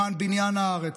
למען בניין הארץ,